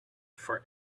for